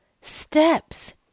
steps